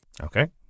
Okay